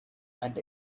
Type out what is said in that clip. and